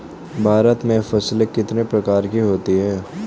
भारत में फसलें कितने प्रकार की होती हैं?